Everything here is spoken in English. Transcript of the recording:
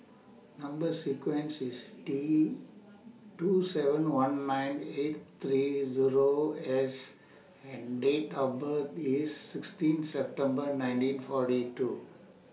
Number sequence IS T two seven one nine eight three Zero S and Date of birth IS sixteen September nineteen forty two